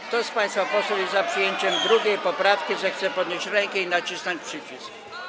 Kto z państwa posłów jest za przyjęciem 2. poprawki, zechce podnieść rękę i nacisnąć przycisk.